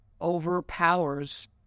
overpowers